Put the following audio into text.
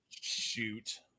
Shoot